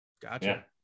Gotcha